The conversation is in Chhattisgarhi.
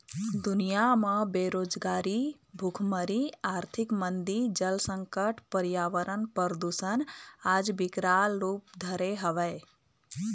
दुनिया म बेरोजगारी, भुखमरी, आरथिक मंदी, जल संकट, परयावरन परदूसन आज बिकराल रुप धरे हवय